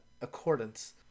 accordance